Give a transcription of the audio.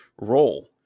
role